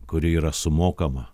kuri yra sumokama